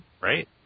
Right